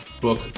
book